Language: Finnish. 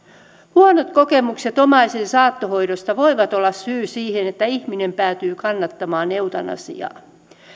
huonot kokemukset omaisen saattohoidosta voivat olla syy siihen että ihminen päätyy kannattamaan eutanasiaa